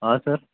हाँ सर